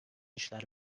işler